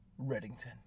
Reddington